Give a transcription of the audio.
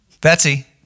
Betsy